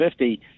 50